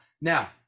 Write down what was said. Now